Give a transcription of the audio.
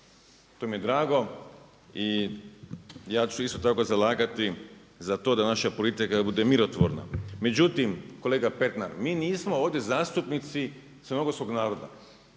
To mi je drago. I ja ću se isto tako zalagati za to naša politika bude mirotvorna. Međutim, kolega Pernar mi nismo ovdje zastupnici crnogorskog naroda,